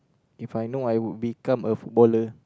If I know I would become a footballer